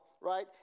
right